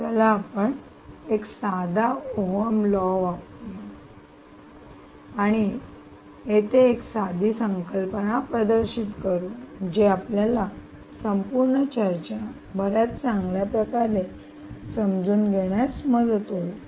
चला आपण एक साधा ओहम लॉ वापरूया आणि येथे एक साधी संकल्पना प्रदर्शित करू जे आपल्याला संपूर्ण चर्चा बर्याच चांगल्या प्रकारे समजून घेण्यास मदत होईल